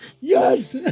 Yes